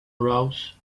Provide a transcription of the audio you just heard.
rose